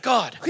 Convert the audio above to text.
God